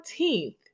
14th